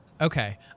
Okay